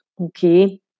okay